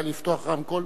תודה רבה.